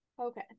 Okay